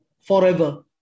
forever